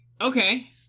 Okay